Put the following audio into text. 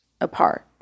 apart